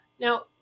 Now